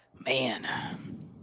Man